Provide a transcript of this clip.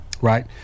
right